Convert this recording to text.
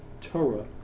Torah